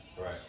Right